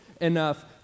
enough